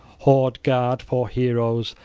hoard-guard for heroes,